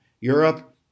Europe